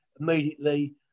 immediately